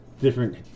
different